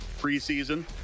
preseason